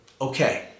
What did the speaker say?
okay